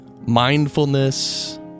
mindfulness